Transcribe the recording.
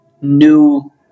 new